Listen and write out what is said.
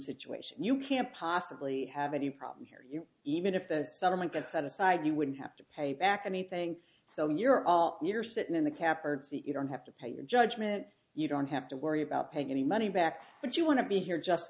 situation you can't possibly have any problem here even if that settlement that set aside you wouldn't have to pay back anything so you're all you're sitting in the cap or you don't have to pay your judgment you don't have to worry about paying any money back but you want to be here just